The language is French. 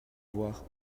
voir